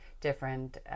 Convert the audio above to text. different